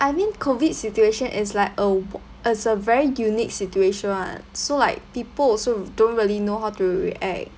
I mean COVID situation is like a w~ it's a very unique situation [one] so like people also don't really know how to react